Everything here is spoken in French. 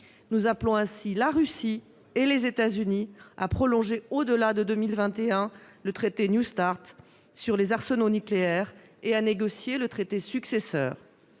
Nous appelons ainsi la Russie et les États-Unis à prolonger au-delà de 2021 le traité New START sur les arsenaux nucléaires et à négocier le traité successeur.